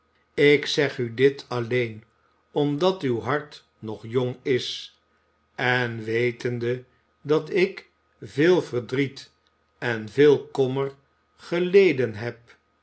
ik zeg u dit alleen omdat uw hart nog jong is en wetende dat ik veel verdriet en veel kommer geleden heb